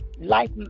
Life